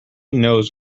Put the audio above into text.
knows